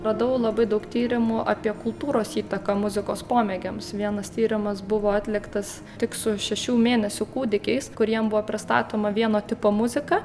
radau labai daug tyrimų apie kultūros įtaką muzikos pomėgiams vienas tyrimas buvo atliktas tik su šešių mėnesių kūdikiais kuriem buvo pristatoma vieno tipo muzika